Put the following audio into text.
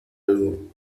algo